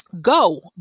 go